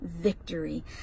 victory